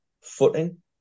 footing